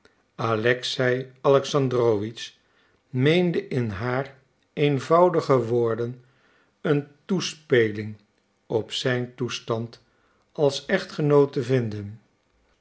alexei alexandrowitsch meende in haar eenvoudige woorden een toespeling op zijn toestand als echtgenoot te vinden